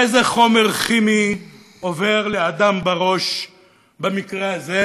איזה חומר כימי עובר לאדם בראש במקרה הזה?